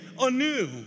anew